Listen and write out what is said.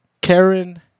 Karen